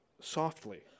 softly